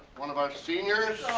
one of our seniors.